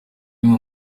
rimwe